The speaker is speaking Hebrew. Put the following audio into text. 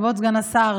כבוד סגן השר,